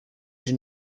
did